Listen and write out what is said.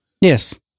Yes